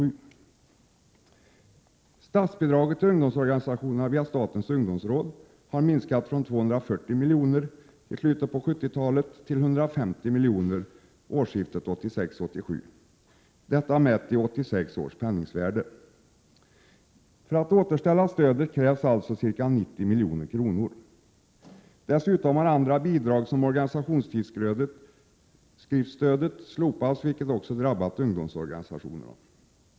Statsbidragen till ungdomsorganisationerna via statens ungdomsråd har minskat från 240 miljoner i slutet av 1970-talet till 150 miljoner årsskiftet 1986-1987, detta mätt i 1986 års penningvärde. För att återställa stödet krävs alltså ca 90 milj.kr. Dessutom har andra bidrag som t.ex. organisationstidskriftsstödet slopats, vilket också har drabbat ungdomsorganisationerna.